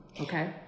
Okay